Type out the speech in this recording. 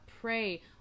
Pray